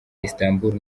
istanbul